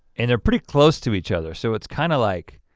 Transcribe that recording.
and they're pretty close to each other so it's kinda like,